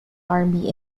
army